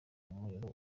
umuriro